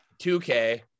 2K